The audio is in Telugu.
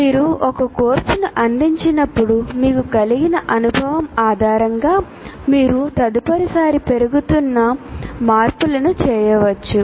మీరు ఒక కోర్సును అందించినప్పుడు మీకు కలిగిన అనుభవం ఆధారంగా మీరు తదుపరిసారి పెరుగుతున్న మార్పులను చేయవచ్చు